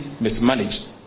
mismanaged